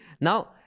Now